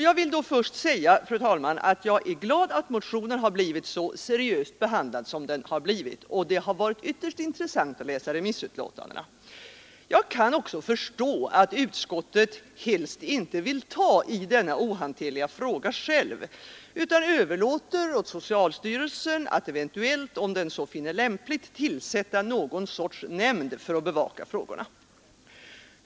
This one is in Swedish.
Jag vill då först säga, fru talman, att jag är glad över att motionen blivit så seriöst behandlad som den blivit, och det har varit ytterst intressant att läsa remissutlåtandena. Jag kan också förstå att utskottet helst inte vill ta i denna ohanterliga fråga själv, utan överlåter åt socialstyrelsen att eventuellt, om den så finner lämpligt, tillsätta någon sorts nämnd för att bevaka frågorna.